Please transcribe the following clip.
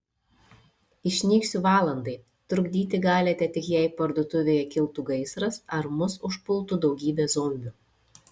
išnyksiu valandai trukdyti galite tik jei parduotuvėje kiltų gaisras ar mus užpultų daugybė zombių